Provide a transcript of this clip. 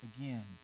again